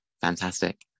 Fantastic